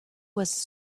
was